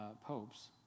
popes